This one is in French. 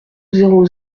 zéro